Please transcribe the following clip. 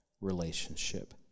relationship